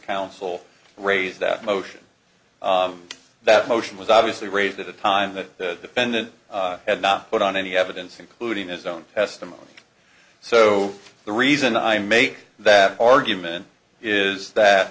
counsel raised that motion that motion was obviously raised at the time that the defendant had not put on any evidence including his own testimony so the reason i make that argument is that